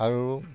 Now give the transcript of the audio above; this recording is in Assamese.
আৰু